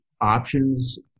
options